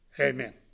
Amen